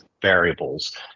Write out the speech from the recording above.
variables